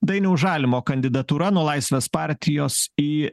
dainiaus žalimo kandidatūra nuo laisvės partijos į